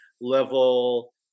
level